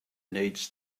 needs